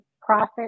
profit